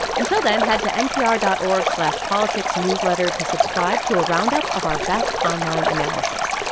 until then, head to npr dot org slash politicsnewsletter to subscribe to a roundup of our best online analysis.